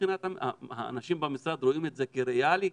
האנשים במשרד רואים את זה כריאלי?